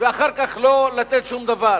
ואחר כך לא לתת שום דבר